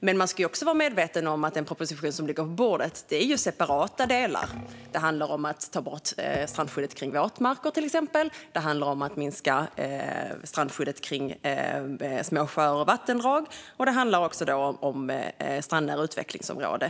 Men man ska vara medveten om att det i den proposition som ligger på bordet är separata delar. Det handlar om att ta bort strandskyddet kring våtmarker, till exempel, det handlar om att minska strandskyddet kring små sjöar och vattendrag och det handlar om strandnära utvecklingsområden.